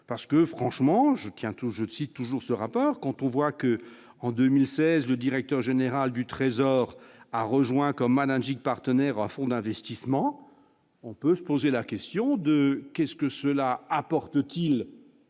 parce que franchement je tiens tous, je cite toujours ce rapport, quand on voit que, en 2016, le directeur général du Trésor a rejoint comme manager de partenaires, un fonds d'investissement, on peut se poser la question de qu'est-ce que cela apporte-t-il à